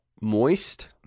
Moist